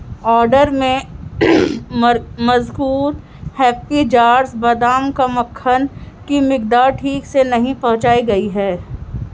order میں مر مذکور ہیپی جارس بادام کا مکھن کی مقدار ٹھیک سے نہیں پہنچائی گئی ہے